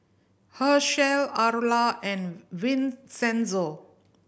Hershell Arla and Vincenzo